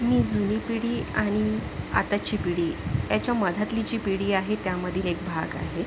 मी जुनी पिढी आणि आताची पिढी ह्याच्या मधातली जी पिढी आहे त्यामधील एक भाग आहे